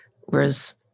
Whereas